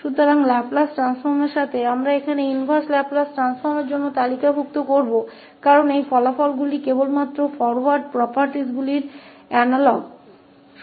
इसलिए Laplace transform के साथ हम यहां inverse लाप्लास ट्रांसफॉर्म के लिए भी सूचीबद्ध करेंगे क्योंकि ये परिणाम वहां आगे के गुणों के अनुरूप हैं